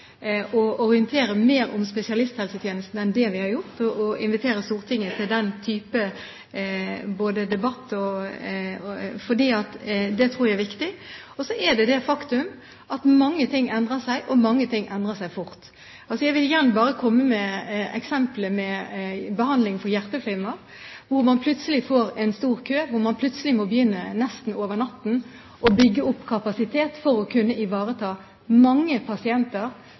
og orientere mer om spesialisthelsetjenesten enn det vi har gjort, og invitere Stortinget til den type debatt, for det tror jeg er viktig. Så er det et faktum at mange ting endrer seg, og mange ting endrer seg fort. Jeg vil igjen komme med eksempelet med behandlingen for hjerteflimmer, hvor man plutselig får en stor kø, og hvor man plutselig må begynne nesten over natten å bygge opp kapasitet for å kunne ivareta mange pasienter